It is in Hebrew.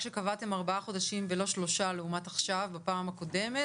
כשקבעתם ארבעה חודשים ולא שלושה לעומת עכשיו בפעם הקודמת,